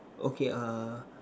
okay uh